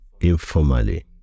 informally